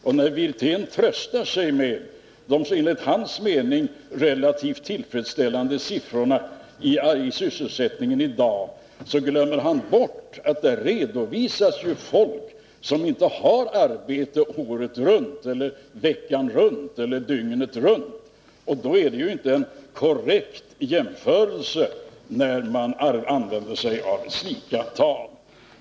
När herr Wirtén tröstar sig med de enligt hans mening relativt tillfredsställande siffrorna i fråga om sysselsättningen i dag, glömmer han bort att där redovisas människor som inte har arbete året runt, veckan runt eller dygnet runt. Och då är det inte en korrekt jämförelse när man använder slika tal.